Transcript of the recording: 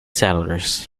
settlers